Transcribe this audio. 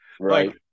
Right